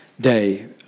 day